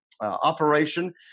operation